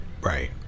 right